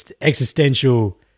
existential